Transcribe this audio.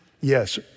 Yes